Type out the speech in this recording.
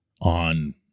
on